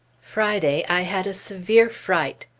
friday, i had a severe fright.